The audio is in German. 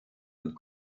und